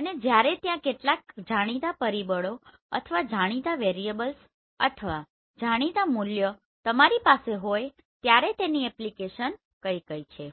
અને જ્યારે ત્યાં કેટલાક જાણીતા પરિબળો અથવા જાણીતા વેરિયેબલ્સ અથવા જાણીતા મૂલ્યો તમારી પાસે હોય ત્યારે તેની એપ્લિકેશન કઈ કઈ છે